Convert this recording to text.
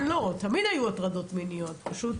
לא, תמיד היו הטרדות מיניות, פשוט